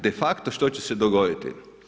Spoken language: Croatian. Defakto što će se dogoditi?